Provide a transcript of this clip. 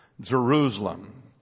Jerusalem